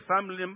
family